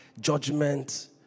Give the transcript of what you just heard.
judgment